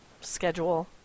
schedule